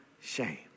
shame